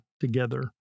together